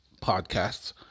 podcasts